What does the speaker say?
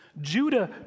Judah